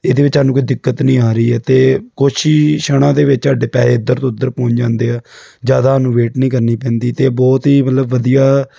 ਇਹਦੇ ਵਿੱਚ ਸਾਨੂੰ ਕੋਈ ਦਿੱਕਤ ਨਹੀਂ ਆ ਰਹੀ ਹੈ ਅਤੇ ਕੁਛ ਹੀ ਛਣਾਂ ਦੇ ਵਿੱਚ ਸਾਡੇ ਪੈਸੇ ਇੱਧਰ ਤੋਂ ਉੱਧਰ ਪਹੁੰਚ ਜਾਂਦੇ ਆ ਜ਼ਿਆਦਾ ਸਾਨੂੰ ਵੇਟ ਨਹੀਂ ਕਰਨੀ ਪੈਂਦੀ ਅਤੇ ਬਹੁਤ ਹੀ ਮਤਲਬ ਵਧੀਆ